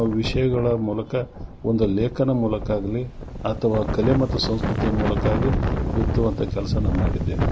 ವಿಷಯಗಳ ಮೂಲಕ ಒಂದು ಲೇಖನ ಮೂಲಕ ಆಗಲಿ ಅಥವಾ ಕಲೆ ಮತ್ತು ಸಂಸ್ಕೃತಿಯ ಮೂಲಕವಾಗಿ ಬಿತ್ತುವಂತ ಕೆಲಸ ನಾ ಮಾಡಿದ್ದೇನೆ